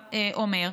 שאתה אומר,